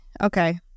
okay